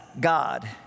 God